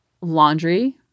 Laundry